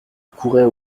couraient